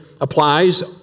applies